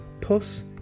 Puss